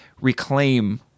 reclaim